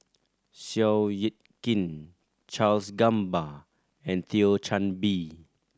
Seow Yit Kin Charles Gamba and Thio Chan Bee